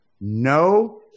no